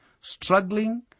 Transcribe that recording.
struggling